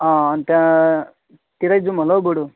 अन्त त्यतै जाऊँ होला हौ बरू